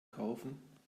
kaufen